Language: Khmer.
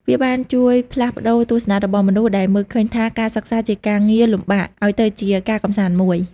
វាបានជួយផ្លាស់ប្តូរទស្សនៈរបស់មនុស្សដែលមើលឃើញថាការសិក្សាជាការងារលំបាក ឲ្យទៅជាការកម្សាន្តមួយ។